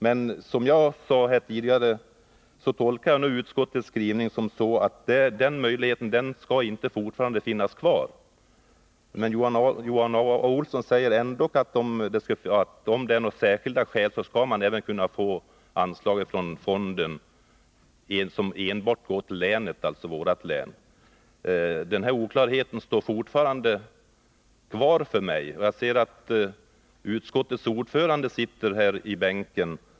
Men som jag sade här tidigare tolkar jag utskottets skrivning så, att den möjligheten inte skall finnas kvar. Johan Olsson säger ändock att om särskilda skäl föreligger skall anslag från fonden kunna utgå även för projekt som enbart gäller Gävleborgs län. Jag är ännu inte klar över vad man menar. Jagser att utskottets ordförande sitter i sin bänk.